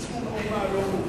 עשו מהומה על לא מאומה,